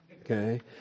Okay